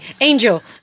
Angel